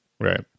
Right